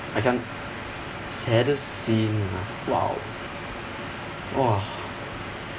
I can't saddest scene !wow! !wah!